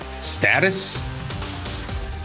status